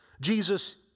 Jesus